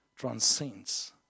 transcends